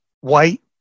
white